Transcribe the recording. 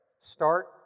start